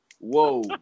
Whoa